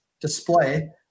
display